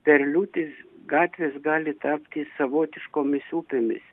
per liūtis gatvės gali tapti savotiškomis upėmis